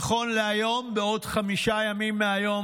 נכון להיום, בעוד חמישה ימים מהיום,